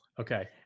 Okay